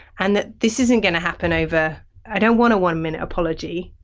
and that this isn't going to happen over i don't want a one minute apology.